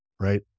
right